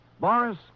Boris